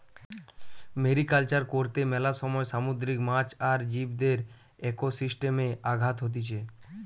mariculture কর্তে মেলা সময় সামুদ্রিক মাছ আর জীবদের একোসিস্টেমে আঘাত হতিছে